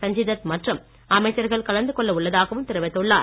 சஞ்சய் தத் மற்றும் அமைச்சர்கள் கலந்து கொள்ள உள்ளதாகவும் தெரிவித்துள்ளார்